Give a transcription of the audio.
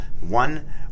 one